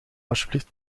alsjeblieft